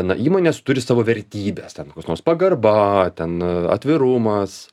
na įmonės turi savo vertybes ten koks nors pagarba ten atvirumas